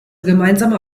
gemeinsame